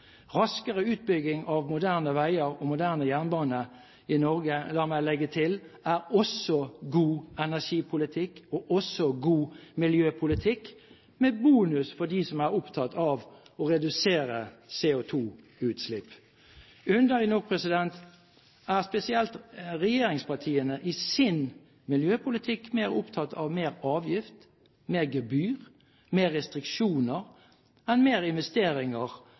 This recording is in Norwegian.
Raskere utbygging av moderne veier og moderne jernbane i Norge er – la meg legge til – også god energipolitikk og også god miljøpolitikk, med bonus for dem som er opptatt av å redusere CO2-utslipp. Underlig nok er spesielt regjeringspartiene i sin miljøpolitikk mer opptatt av mer avgift, mer gebyr og mer restriksjoner enn mer investeringer